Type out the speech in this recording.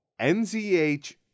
NZH